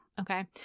okay